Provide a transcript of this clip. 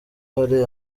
hari